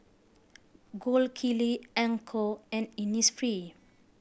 Gold Kili Anchor and Innisfree